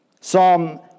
Psalm